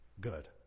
good